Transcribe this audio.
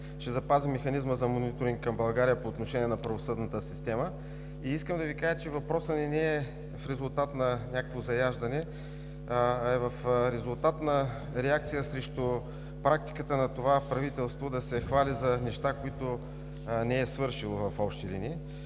ще запази Механизма за мониторинг към България по отношение на правосъдната система. Искам да Ви кажа, че въпросът ни не е в резултат на някакво заяждане, а е в резултат на реакция срещу практиката на това правителство да се хвали за неща, които не е свършило в общи линии.